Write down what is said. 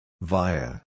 Via